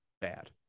bad